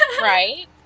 Right